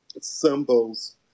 symbols